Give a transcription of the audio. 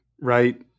right